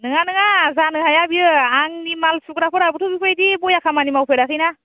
नङा नङा जानो हाया बेयो आंनि माल सुग्राफोराबोथ' बेफोरबायदि बेया खामानि मावफेराखैना